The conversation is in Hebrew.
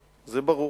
זה ברור.